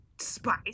Spice